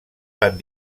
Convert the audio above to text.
fan